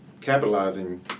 capitalizing